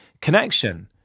connection